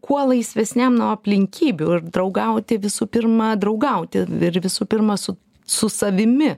kuo laisvesniam nuo aplinkybių ir draugauti visų pirma draugauti ir visų pirma su su savimi